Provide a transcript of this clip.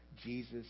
Jesus